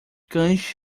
cães